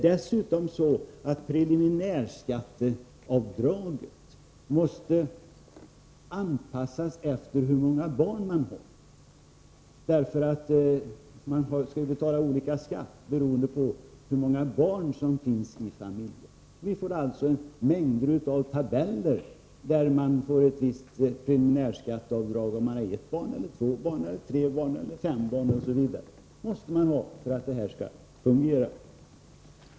Dessutom måste preliminärskatteavdraget anpassas efter hur många barn man har. Hur hög skatt man skall betala beror ju på hur många barn som finns i familjen. Vi får alltså mängder av tabeller, där det framgår att man får olika preliminärskatteavdrag om man har ett, två, tre, fyra eller fem barn, osv. Det måste vara så för att det skall fungera.